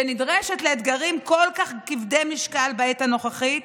שנדרשת לאתגרים כל כך כבדי משקל בעת הנוכחית,